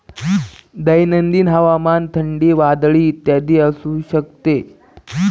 दैनंदिन हवामान उष्ण, थंडी, वादळी इत्यादी असू शकते